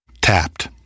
Tapped